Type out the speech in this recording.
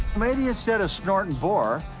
maybe instead of snortn boar,